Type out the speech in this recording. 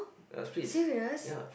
ya split is ya